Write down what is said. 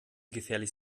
gefährlich